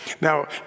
Now